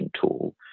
tool